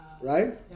Right